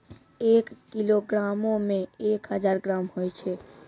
एक किलोग्रामो मे एक हजार ग्राम होय छै